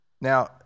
Now